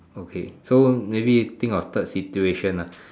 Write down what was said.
okay so maybe think of third situation ah